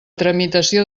tramitació